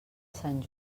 sant